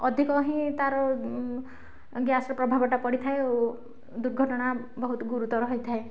ଅଧିକ ହିଁ ତାର ଗ୍ୟାସ୍ ର ପ୍ରଭାବଟା ପଡ଼ିଥାଏ ଓ ଦୁର୍ଘଟଣା ବହୁତ ଗୁରୁତର ହୋଇଥାଏ